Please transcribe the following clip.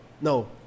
No